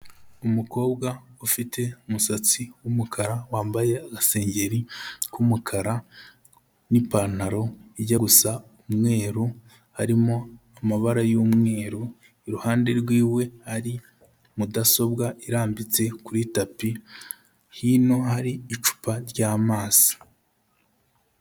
Umukobwa ufite umusatsi w'umukara, wambaye agasengeri k'umukara, n'ipantaro ijya gusa umweru, harimo amabara y'umweru, iruhande rw'iwe hari mudasobwa irambitse kuri tapi, hino hari icupa ry'amazi.